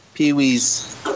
Peewee's